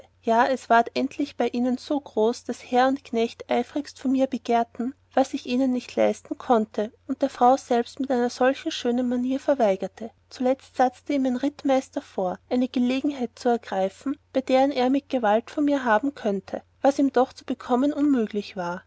es ward endlich bei ihnen so groß daß herr und knecht eiferigst von mir begehrten was ich ihnen nicht leisten konnte und der frau selbst mit einer schönen manier verwaigerte zuletzt satzte ihm der rittmeister vor eine gelegenheit zu ergreifen bei deren er mit gewalt von mir haben könnte was ihm doch zu bekommen unmüglich war